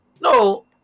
No